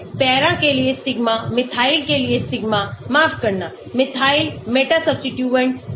para के लिए sigma methyl के लिए सिग्मा माफ करना मिथाइल मेटा सब्स्टिट्यूट्स नहीं